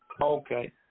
Okay